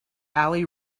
ali